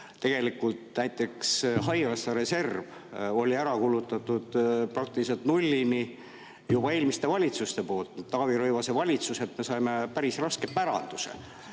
Tegelikult näiteks haigekassa reservi olid ära kulutanud praktiliselt nullini juba eelmised valitsused. Taavi Rõivase valitsuselt me saime päris raske päranduse.